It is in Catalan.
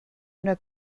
una